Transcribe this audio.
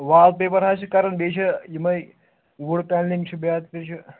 وال paper حظ چھِ کَرُن بیٚیہِ چھُ یِمَے وُڈ پٮ۪نٛلِنٛگ چھُ بیترِ چھِ